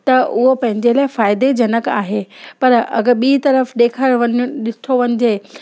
त उहो पंहिंजे लाइ फ़ाइदेजनक आहे पर अगरि ॿी तरफ़ु ॾेखारियो वञे ॾिठो वञिजे